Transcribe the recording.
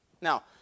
Now